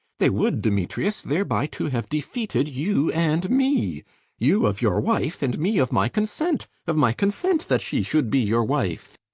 they would, demetrius, thereby to have defeated you and me you of your wife, and me of my consent, of my consent that she should be your wife.